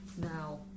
now